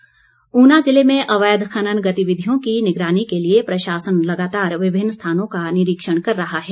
खनन ऊना ज़िले में अवैध खनन गतिविधियों की निगरानी के लिए प्रशासन लगातार विभिन्न स्थानों का निरीक्षण कर रहा है